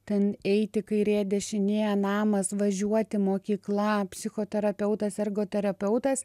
ten eiti kairė dešinė namas važiuoti mokykla psichoterapeutas ergoterapeutas